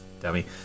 dummy